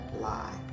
lie